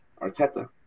Arteta